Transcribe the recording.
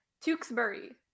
Tewksbury